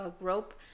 rope